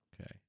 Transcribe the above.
Okay